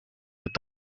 wird